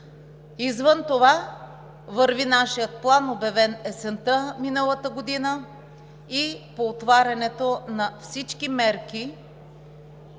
законопроект. Върви нашият план, обявен есента миналата година, и по отварянето на всички мерки